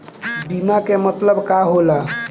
बीमा के मतलब का होला?